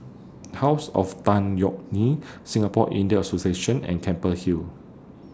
House of Tan Yeok Nee Singapore Indian Association and Keppel Hill